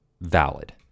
Valid